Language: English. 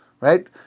right